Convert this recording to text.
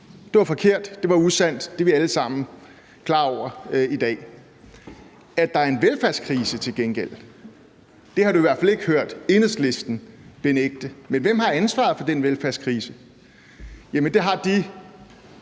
Det var forkert. Det var usandt. Det er vi alle sammen klar over i dag. At der til gengæld er en velfærdskrise, har du i hvert fald ikke hørt Enhedslisten benægte. Men hvem har ansvaret for den velfærdskrise? Det har de